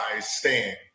stand